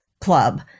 club